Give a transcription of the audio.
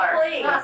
please